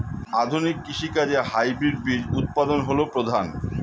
আধুনিক কৃষি কাজে হাইব্রিড বীজ উৎপাদন হল প্রধান